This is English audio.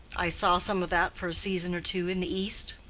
i saw some of that for a season or two in the east.